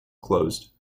closed